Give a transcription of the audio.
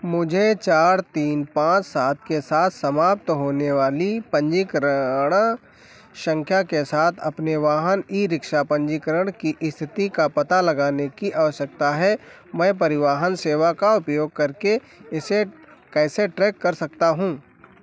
मुझे चार तीन पाँच सात के साथ समाप्त होने वाली पन्जीकरण सँख्या के साथ अपने वाहन ईरिक्शा पन्जीकरण की स्थिति का पता लगाने की आवश्यकता है मैं परिवहन सेवा का उपयोग करके इसे कैसे ट्रैक कर सकता हूँ